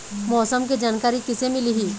मौसम के जानकारी किसे मिलही?